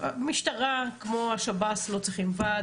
המשטרה, כמו השב"ס, לא צריכים ועד.